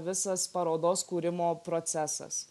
visas parodos kūrimo procesas